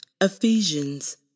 Ephesians